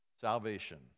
salvation